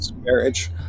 marriage